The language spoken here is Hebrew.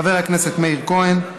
חבר הכנסת מאיר כהן,